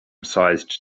sized